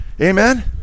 Amen